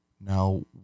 now